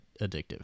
addictive